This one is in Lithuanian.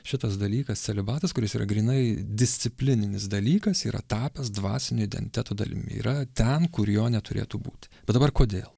šitas dalykas celibatas kuris yra grynai disciplininis dalykas yra tapęs dvasinio identiteto dalim yra ten kur jo neturėtų būti bet dabar kodėl